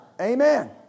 Amen